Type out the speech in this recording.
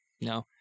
no